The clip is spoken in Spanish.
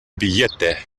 billete